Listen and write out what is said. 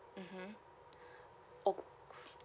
mmhmm